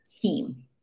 team